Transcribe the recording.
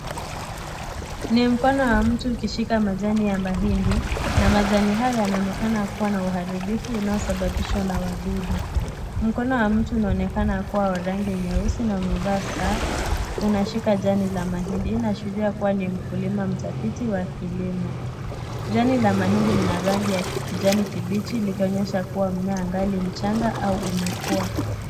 Ni mkono wa mtu ukishika majani ya mahidi na majani hayo yanaonekana kuwa na uharibifu unaoshababishwa na wadudu. Mkono wa mtu unaonekana kuwa wa rangi nyeusi na umevaa saa. Unashika jani la mahindi, hii inaashiria kuwa ni mkulima mtafiti wa kilimo. Jani la mahindi lina rangi ya kijani kibichi likionyesha kuwa, mmea angali mchanga au umekua.